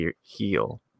heal